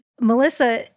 Melissa